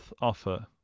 offer